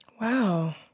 Wow